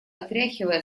отряхивая